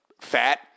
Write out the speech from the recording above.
Fat